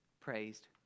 praised